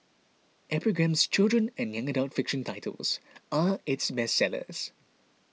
epigram's children and young adult fiction titles are its bestsellers